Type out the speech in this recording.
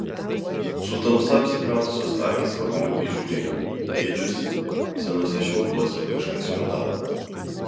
su tamsa apsipratusios akys pagaliau įžiūrėjo ėdžiose senuose šiauduose kažkas juodavo